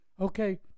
okay